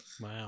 wow